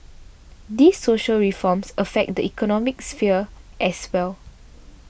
these social reforms affect the economic sphere as well